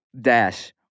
dash